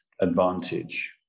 advantage